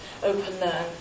OpenLearn